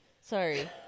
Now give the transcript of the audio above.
sorry